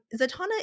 Zatanna